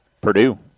Purdue